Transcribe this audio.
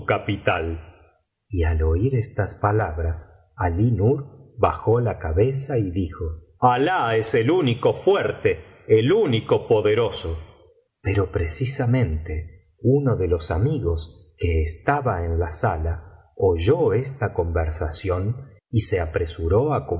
y al oir estas palabras alí nur bajó la cabeza y dijo alah es el único fuerte el único poderoso pero precisamente uno de los amigos que estaba en la sala oyó esta conversación y se apresuró á